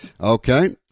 Okay